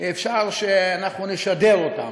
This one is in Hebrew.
אפשר שאנחנו נשדר אותם.